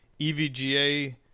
EVGA